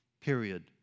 Period